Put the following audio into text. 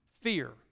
Fear